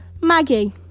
maggie